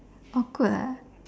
awkward ah